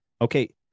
okay